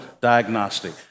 diagnostic